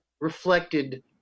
reflected